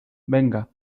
venga